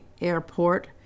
airport